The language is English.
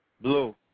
Blue